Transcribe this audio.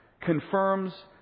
confirms